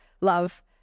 love